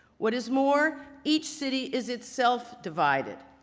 what is more, each city is itself divided.